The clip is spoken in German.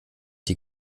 die